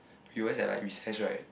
U_S at like recess right